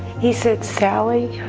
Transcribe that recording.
he said, sallie,